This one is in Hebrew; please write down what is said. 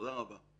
תודה רבה.